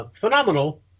Phenomenal